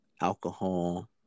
alcohol